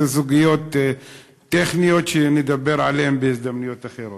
אלה סוגיות טכניות שנדבר עליהן בהזדמנויות אחרות.